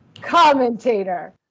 commentator